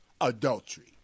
adultery